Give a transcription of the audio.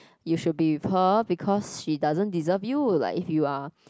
you should be with her because she doesn't deserve you like if you are